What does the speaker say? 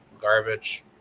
garbage